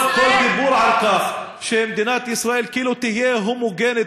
כל דיבור על כך שמדינת ישראל כאילו תהיה הומוגנית